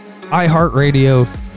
iHeartRadio